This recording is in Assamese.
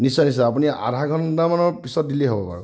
নিশ্চয় নিশ্চয় আপুনি আধা ঘণ্টামানৰ পিছত দিলেই হ'ব বাৰু